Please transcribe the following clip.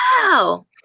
wow